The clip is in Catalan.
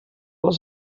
les